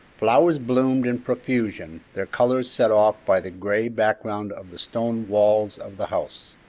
flowers bloomed in profusion, their colors set off by the gray background of the stone walls of the house.